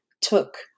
took